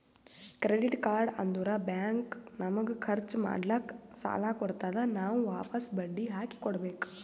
credit card ಅಂದುರ್ bank ನಮಗ ಖರ್ಚ್ ಮಾಡ್ಲಾಕ್ ಸಾಲ ಕೊಡ್ತಾದ್, ನಾವ್ ವಾಪಸ್ ಬಡ್ಡಿ ಹಾಕಿ ಕೊಡ್ಬೇಕ